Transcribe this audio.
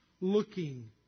Looking